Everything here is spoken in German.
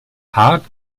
hart